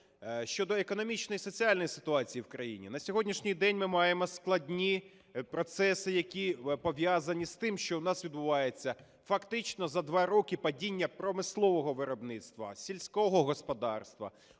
щодо економічної і соціальної ситуації в країні. На сьогоднішній день ми маємо складні процеси, які пов'язані з тим, що у нас відбувається фактично за два роки падіння промислового виробництва, сільського господарства.